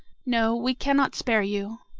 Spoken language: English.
no we cannot spare you.